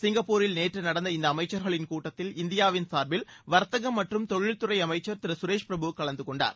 சிங்கப்பூரில் நேற்று நடந்த இந்த அமைச்சர்களின் கூட்டத்தில் இந்தியாவின் சார்பில் வர்த்தகம் மற்றும் தொழில்துறை அமைச்சர் திரு சுரேஷ் பிரபு கலந்துகொண்டார்